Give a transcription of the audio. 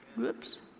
whoops